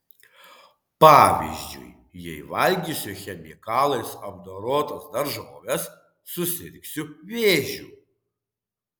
pavyzdžiui jei valgysiu chemikalais apdorotas daržoves susirgsiu vėžiu